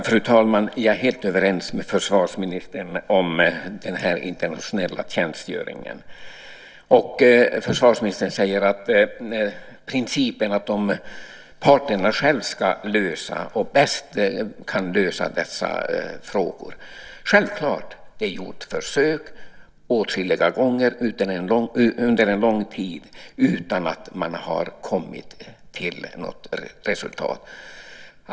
Fru talman! Jag är helt överens med försvarsministern om den här internationella tjänstgöringen. Försvarsministern talar om principen att parterna själva ska lösa, och bäst kan lösa, dessa frågor. Självklart är det så. Men åtskilliga gånger har försök gjorts under en lång tid utan att man har kommit till något resultat.